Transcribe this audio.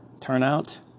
turnout